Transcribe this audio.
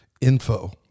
info